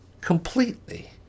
completely